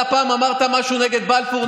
פעם אמרת משהו נגד בלפור,